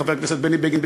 לחבר הכנסת בני בגין,